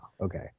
okay